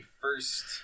first